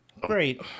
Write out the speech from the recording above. Great